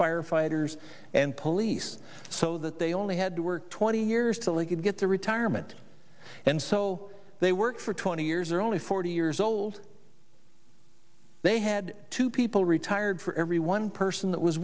firefighters and police so that they only had to work twenty years till they could get their retirement and so they worked for twenty years or only forty years old they had two people retired for every one person that was